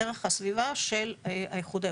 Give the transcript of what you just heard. ערך הסביבה של האיחוד האירופאי.